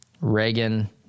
Reagan